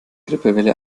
grippewelle